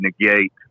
negate